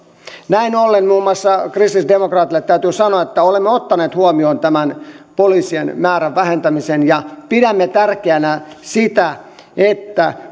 näin ollen muun muassa kristillisdemokraateille täytyy sanoa että olemme ottaneet huomioon tämän poliisien määrän vähentämisen ja pidämme tärkeänä sitä että